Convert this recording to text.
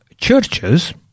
churches